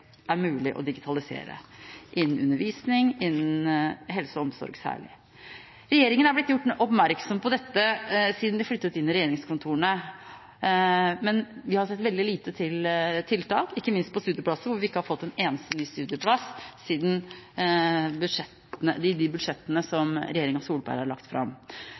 er mulig å digitalisere – innen undervisning og innen helse og omsorg særlig. Regjeringen er blitt gjort oppmerksom på dette siden den flyttet inn i regjeringskontorene, men vi har sett veldig lite til tiltak, ikke minst på studieplasser. Vi har ikke fått en eneste ny studieplass i de budsjettene som regjeringen Solberg har lagt fram.